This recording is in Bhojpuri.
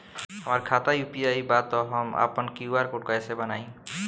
हमार खाता यू.पी.आई बा त हम आपन क्यू.आर कोड कैसे बनाई?